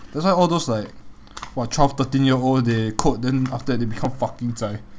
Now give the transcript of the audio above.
that's why all those like !wah! twelve thirteen year old they code then after that they become fucking zai